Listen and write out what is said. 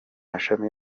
mashami